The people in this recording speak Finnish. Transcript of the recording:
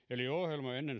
ennen